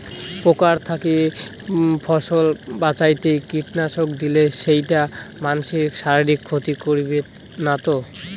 পোকার থাকি ফসল বাঁচাইতে কীটনাশক দিলে সেইটা মানসির শারীরিক ক্ষতি করিবে না তো?